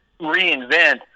reinvent